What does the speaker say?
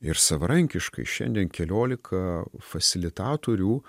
ir savarankiškai šiandien keliolika fasilitatorių